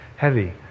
heavy